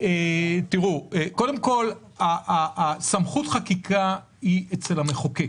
קודם כול, סמכות החקיקה היא אצל המחוקק,